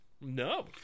No